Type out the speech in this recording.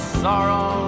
sorrow